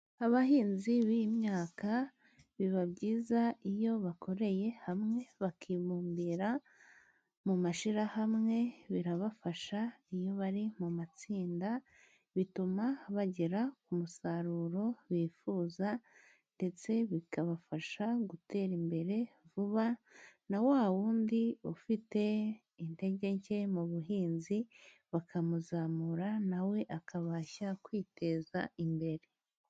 Abahinzi b'imyaka, biba byiza iyo bakoreye hamwe bakibumbira mu mashyirahamwe birabafasha iyo bari mu matsinda, bituma bagera ku musaruro bifuza, ndetse bikabafasha gutera imbere vuba, na wa wundi ufite intege nke mu buhinzi bakamuzamura, nawe akabasha kwiteza imbere.